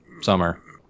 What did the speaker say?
summer